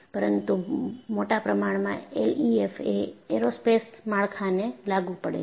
પરંતુ મોટા પ્રમાણમાં એલઈએફએમ એ એરોસ્પેસ માળખાને લાગુ પડે છે